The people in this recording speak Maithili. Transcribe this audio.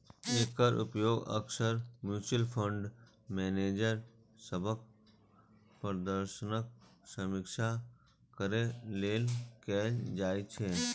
एकर उपयोग अक्सर म्यूचुअल फंड मैनेजर सभक प्रदर्शनक समीक्षा करै लेल कैल जाइ छै